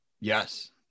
Yes